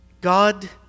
God